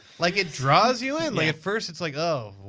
like it draws you in! like at first it's like, oh,